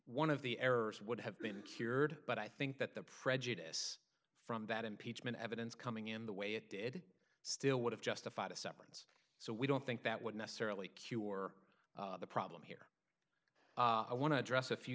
one of the errors would have been cured but i think that the prejudice from that impeachment evidence coming in the way it did still would have justified a severance so we don't think that would necessarily cure the problem here i want to address a few